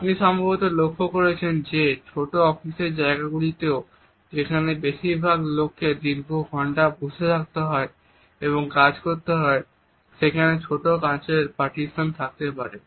আপনি সম্ভবত লক্ষ্য করেছেন যে ছোট অফিসের জায়গাগুলিতেও যেখানে বেশিরভাগ লোককে দীর্ঘ ঘন্টা বসে থাকতে হয় এবং কাজ করতে হয় সেখানে ছোট কাঁচের পার্টিশন থাকতে পারে